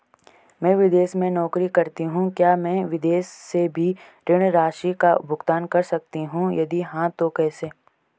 मैं विदेश में नौकरी करतीं हूँ क्या मैं विदेश से भी ऋण राशि का भुगतान कर सकती हूँ यदि हाँ तो कैसे?